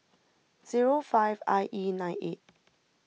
zero five I E nine eight